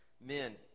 men